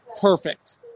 perfect